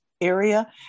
area